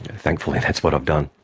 thankfully that's what i've done.